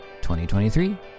2023